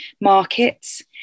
markets